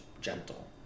gentle